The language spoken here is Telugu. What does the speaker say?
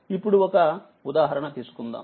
ఇప్పుడు ఒక ఉదాహరణ తీసుకుందాం